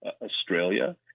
Australia